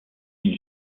une